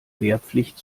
wehrpflicht